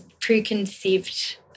preconceived